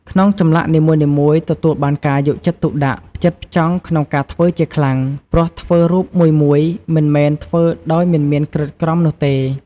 ក្នុងចម្លាក់នីមួយៗទទួលបានការយកចិត្តទុកដាក់ ផ្ចិតផ្ចង់ក្នុងការធ្វើជាខ្លាំង ព្រោះធ្វើរូបមួយៗមិនមែនធ្វើដោយមិនមានក្រិតក្រមនោះទេ។